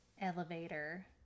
elevator